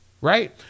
Right